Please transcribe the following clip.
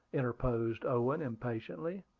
interposed owen impatiently.